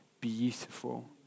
beautiful